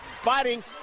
Fighting